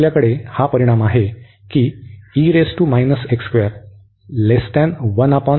तर आपल्याकडे हा परिणाम आहे की टर्म